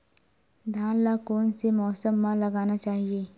धान ल कोन से मौसम म लगाना चहिए?